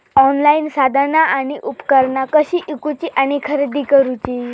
Online साधना आणि उपकरणा कशी ईकूची आणि खरेदी करुची?